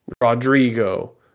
Rodrigo